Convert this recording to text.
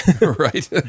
Right